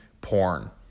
porn